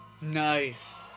nice